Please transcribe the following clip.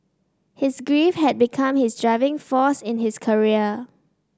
his grief had become his driving force in his career